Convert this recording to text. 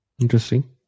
Interesting